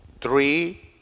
three